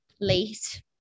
late